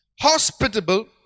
hospitable